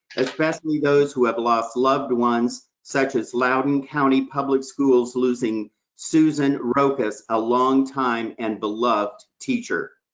especially those who have lost loved ones, such as loudoun county public schools losing susan rokus, a long-time and beloved teacher.